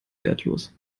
wertlos